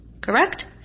Correct